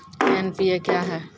NPA क्या हैं?